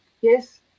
Yes